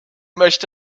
möchte